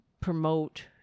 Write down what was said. promote